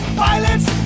violence